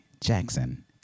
Jackson